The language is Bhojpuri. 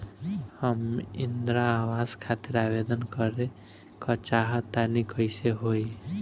हम इंद्रा आवास खातिर आवेदन करे क चाहऽ तनि कइसे होई?